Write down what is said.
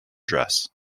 dress